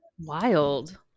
Wild